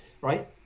right